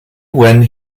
when